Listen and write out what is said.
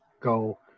go